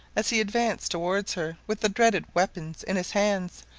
as he advanced towards her with the dreaded weapons in his hands,